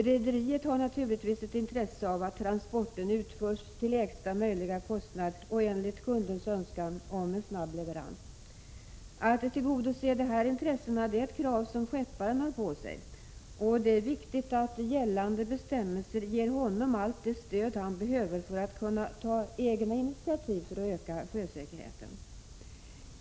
Rederiet har naturligtvis ett intresse av att transporten utförs till lägsta möjliga kostnad och enligt kundens önskan om en snabb leverans. Att tillgodose dessa intressen är ett krav som skepparen har på sig, och det är viktigt att gällande bestämmelser ger honom allt det stöd han behöver för att kunna ta egna initiativ för att öka sjösäkerheten.